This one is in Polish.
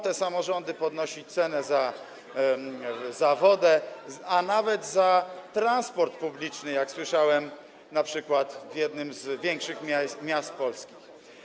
Te samorządy chcą podnosić cenę za wodę, a nawet za transport publiczny, jak słyszałem, np. w jednym z większych miast Polski.